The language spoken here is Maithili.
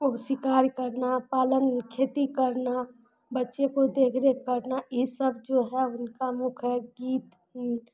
ओ शिकार करना पालन खेती करना बच्चे को देखरेख करना ई सब जो है हुनका मुख है गीत